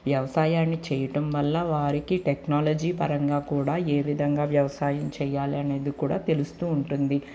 వ్యవసాయాన్ని చేయడం వల్ల వారికి టెక్నాలజీ పరంగా కూడా ఏవిధంగా వ్యవసాయం చేయాలి అనేది కూడా తెలుస్తూ ఉంటుంది